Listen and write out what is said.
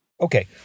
Okay